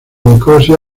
nicosia